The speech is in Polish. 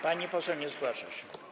Pani poseł nie zgłasza się.